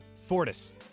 Fortis